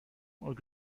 und